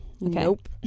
nope